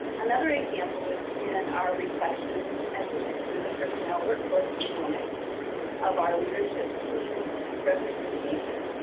another example was in our reflections as we went through the personnel workforce component of our leadership team's representation.